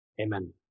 amen